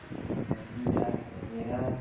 अन्त दुईवटा केरा